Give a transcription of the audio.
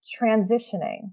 transitioning